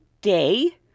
day